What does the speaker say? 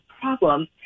problem